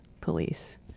police